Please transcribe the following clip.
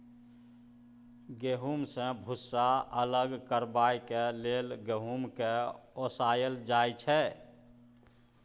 गहुँम सँ भुस्सा अलग करबाक लेल गहुँम केँ ओसाएल जाइ छै